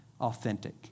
authentic